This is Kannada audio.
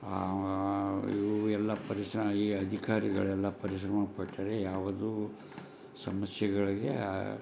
ಇವು ಎಲ್ಲ ಪರಿಶ್ರ ಈ ಅಧಿಕಾರಿಗಳೆಲ್ಲ ಪರಿಶ್ರಮ ಪಟ್ಟರೆ ಯಾವುದು ಸಮಸ್ಯೆಗಳ್ಗೆ